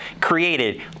created